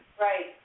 Right